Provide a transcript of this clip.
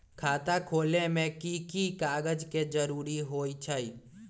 खाता खोले में कि की कागज के जरूरी होई छइ?